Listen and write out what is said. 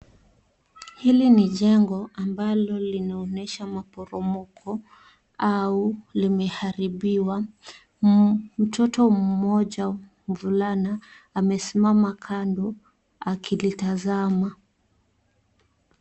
Hili ni jengo ambalo linaonyesha maporomoko au limeharibiwa. Mtoto mmoja mvulana amesimama kando akilitazama.